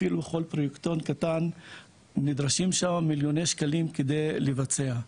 אפילו כל פרויקטור קטן נדרשים שם מיליוני שקלים על מנת לבצע,